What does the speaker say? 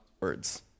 words